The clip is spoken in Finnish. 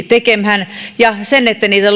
tekemään ja se että niitä